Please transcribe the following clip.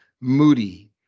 moody